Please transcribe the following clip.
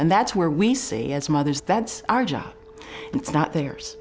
and that's where we see as mothers that's our job and it's not theirs